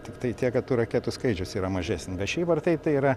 tiktai tiek kad tų raketų skaičius yra mažesnis bet šiaip ar taip tai yra